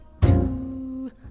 Two